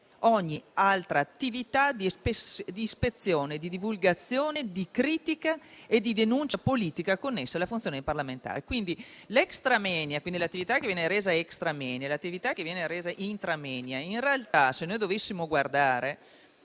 ogni altra attività di ispezione, di divulgazione, di critica e di denuncia politica connessa alla funzione di parlamentare. Quindi l'attività che viene resa *extra moenia* e l'attività che viene resa *intra moenia*, se dovessimo anche